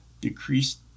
decreased